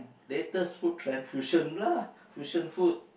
latest food trend fusion lah fusion food